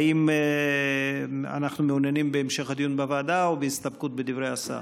האם אנחנו מעוניינים בהמשך דיון בוועדה או בהסתפקות בדברי השר?